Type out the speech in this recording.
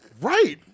Right